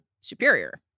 superior